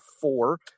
four